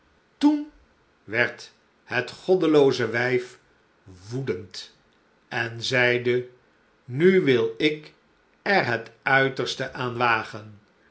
toen werd het goddelooze wijf woedend en zeide nu wil ik er het uiterste aan wagen